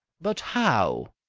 but how?